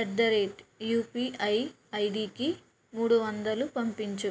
at the rate UPI ఐడికి మూడు వందలు పంపించు